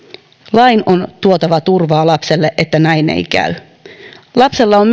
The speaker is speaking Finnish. lain on tuotava turvaa lapselle että näin ei käy lapsella on